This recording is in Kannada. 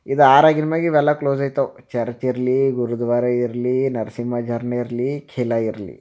ಇದು ಆರಾಗಿದ್ದ ಮ್ಯಾಲೆ ಇವೆಲ್ಲ ಕ್ಲೋಸ್ ಆಗ್ತಾವೆ ಚರ್ಚ್ ಇರಲಿ ಗುರುದ್ವಾರ ಇರಲಿ ನರಸಿಂಹ ಝರ್ನೆ ಇರಲಿ ಕಿಲಾ ಇರಲಿ